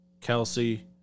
Kelsey